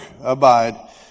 abide